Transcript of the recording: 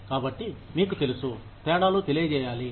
కాబట్టి మీకు తెలుసు తేడాలు తెలియజేయాలి